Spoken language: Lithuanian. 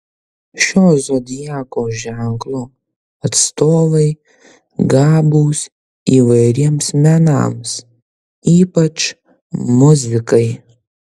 šio zodiako ženklo atstovai gabūs įvairiems menams ypač muzikai